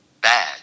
bad